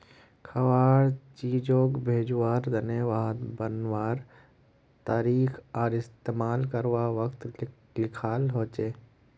खवार चीजोग भेज्वार तने वहात बनवार तारीख आर इस्तेमाल कारवार वक़्त लिखाल होचे